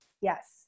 Yes